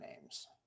names